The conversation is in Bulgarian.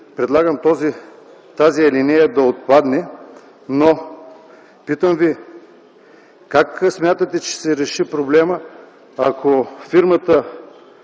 предлагам тази алинея да отпадне. Питам: как смятате, че ще се реши проблемът, ако фирмата